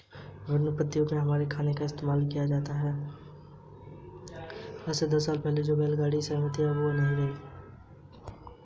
colocasia पत्तियां हमारे खाने को मसालेदार बनाता है